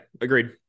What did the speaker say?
agreed